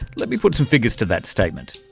let me put some figures to that statement.